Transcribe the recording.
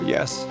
Yes